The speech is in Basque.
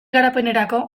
garapenerako